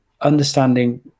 understanding